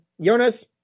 Jonas